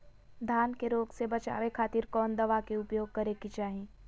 धान के रोग से बचावे खातिर कौन दवा के उपयोग करें कि चाहे?